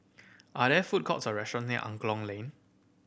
are there food courts or restaurant near Angklong Lane